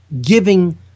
giving